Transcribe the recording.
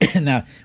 Now